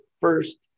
first